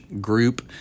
group